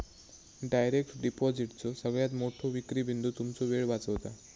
direct डिपॉजिटचो सगळ्यात मोठो विक्री बिंदू तुमचो वेळ वाचवता